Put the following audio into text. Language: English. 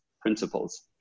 principles